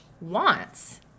wants